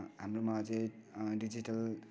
हाम्रोमा अझै डिजिटल